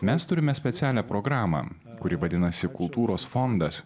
mes turime specialią programą kuri vadinasi kultūros fondas